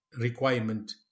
requirement